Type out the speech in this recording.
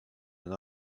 and